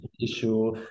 issue